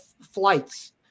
flights